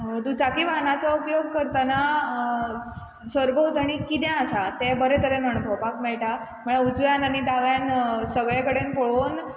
दुचाकी वाहनाचो उपयोग करताना सर भोंवतणी कितें आसा तें बरे तरेन अणभवपाक मेळटा म्हणल्यार उजव्यान आनी दाव्यान सगळे कडेन पळोवन